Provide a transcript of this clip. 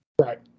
Right